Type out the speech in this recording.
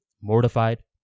mortified